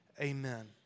Amen